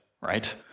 right